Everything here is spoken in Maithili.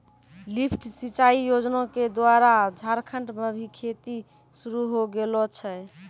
लिफ्ट सिंचाई योजना क द्वारा झारखंड म भी खेती शुरू होय गेलो छै